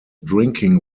drinking